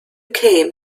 came